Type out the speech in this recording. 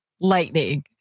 lightning